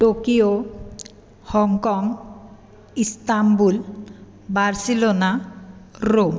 Tokyo Hong Kong Istanbul Barcelona Rome